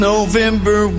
November